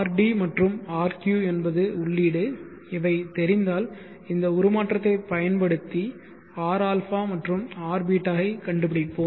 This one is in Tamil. rd மற்றும் rq என்பது உள்ளீடு இவை தெரிந்தால் இந்த உருமாற்றத்தைப் பயன்படுத்தி rα மற்றும் rß ஐக் கண்டுபிடிப்போம்